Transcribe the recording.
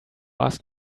ask